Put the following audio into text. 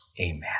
amen